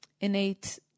innate